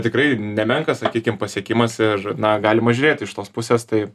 tikrai nemenkas sakykime pasiekimas ir na galima žiūrėti iš tos pusės tai